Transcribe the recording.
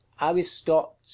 Aristotle